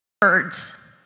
birds